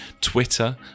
Twitter